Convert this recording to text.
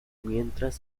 mientras